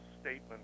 statement